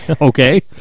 Okay